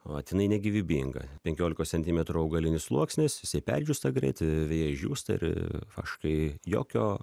vat jinai negyvybinga penkiolikos centiemtrų augalinis sluoksnis jisai perdžiūsta greit veja išdžiūsta ir faškai jokio